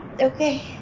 Okay